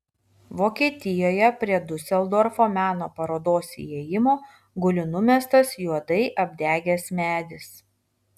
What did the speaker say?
vokietijoje prie diuseldorfo meno parodos įėjimo guli numestas juodai apdegęs medis